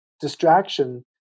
distraction